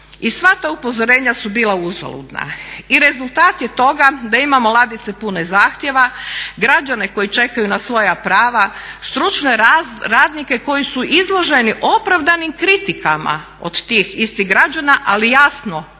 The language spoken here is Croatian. I sva ta upozorenja su bila uzaludna, i rezultat je toga da imamo ladice pune zahtjeva, građane koji čekaju na svoja prava, stručne radnike koji su izloženi opravdanim kritikama od tih istih građana ali jasno te kritike